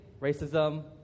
racism